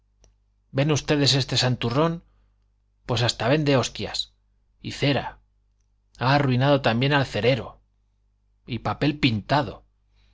ven ustedes este santurrón pues hasta vende hostias y cera ha arruinado también al cerero y papel pintado